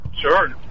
Sure